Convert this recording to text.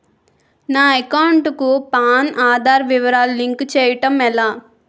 నా అకౌంట్ కు పాన్, ఆధార్ వివరాలు లింక్ చేయటం ఎలా?